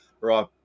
right